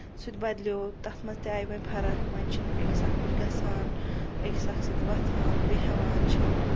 سُہ تہِ بدلیو تَتھ منٛز تہِ آیہِ وۄنۍ فرق وۄنۍ چھُنہٕ أکِس اکھ نِش گژھان أکِس اکھ سۭتۍ وۄتھان بیہوان چھُنہٕ